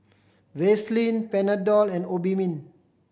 Vaselin Panadol and Obimin